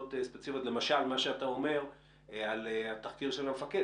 למשל מה שאתה אומר על התחקיר של המפקד,